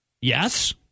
Yes